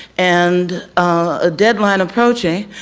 and a deadline approaching,